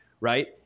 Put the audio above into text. right